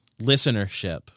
listenership